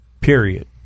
Period